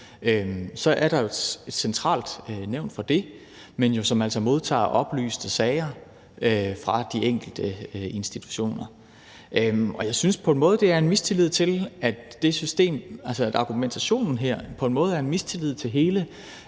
så er der et centralt nævn for det, men som jo altså modtager oplyste sager fra de enkelte institutioner. Jeg synes, at argumentationen her på en måde er en mistillid til hele